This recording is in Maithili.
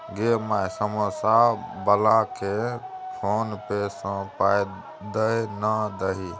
गै माय समौसा बलाकेँ फोने पे सँ पाय दए ना दही